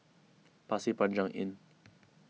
Pasir Panjang Inn